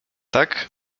tak